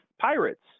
pirates